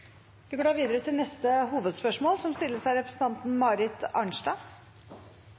Vi går da videre til neste hovedspørsmål.